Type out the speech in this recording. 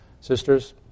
Sisters